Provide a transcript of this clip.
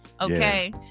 Okay